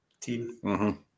team